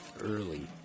early